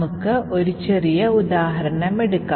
നമുക്ക് ഒരു ചെറിയ ഉദാഹരണം എടുക്കാം